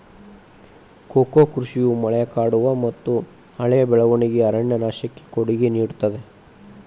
cocoa ಕೃಷಿಯು ಮಳೆಕಾಡುಮತ್ತುಹಳೆಯ ಬೆಳವಣಿಗೆಯ ಅರಣ್ಯನಾಶಕ್ಕೆ ಕೊಡುಗೆ ನೇಡುತ್ತದೆ